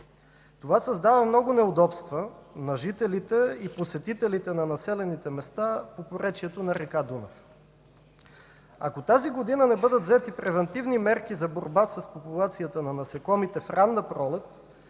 Това създава много неудобства на жителите и посетителите на населените места по поречието на река Дунав. Ако тази година не бъдат взети превантивни мерки за борба с популацията на насекомите в ранна пролет